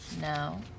No